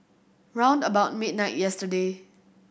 round about midnight yesterday